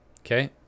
Okay